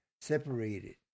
separated